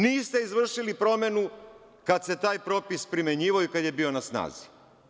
Niste izvršili promenu kad se taj propis primenjivao i kad je bio na snazi.